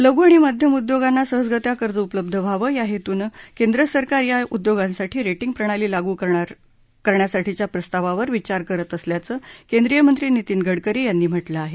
लघु आणि मध्यम उद्योगांना सहजगत्या कर्ज उपलब्ध व्हावे या हेतूनं केंद्र सरकार या उद्योगांसाठी रेटींग प्रणाली लागू करण्यासाठीच्या प्रस्तावावर विचार करत असल्याचं केंद्रीय मंत्री नितीन गडकरी यांनी म्हटलं आहे